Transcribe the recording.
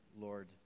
Lord